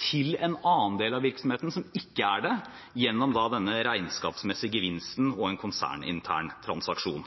til en annen del av virksomheten som ikke er det, gjennom denne regnskapsmessige gevinsten og en konsernintern transaksjon.